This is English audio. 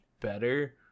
better